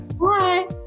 Bye